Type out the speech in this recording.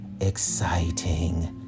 exciting